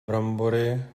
brambory